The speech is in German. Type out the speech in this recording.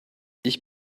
ich